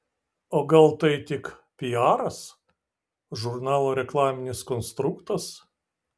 o gal tai tik piaras žurnalo reklaminis konstruktas